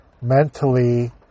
mentally